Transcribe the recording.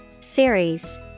Series